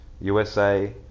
usa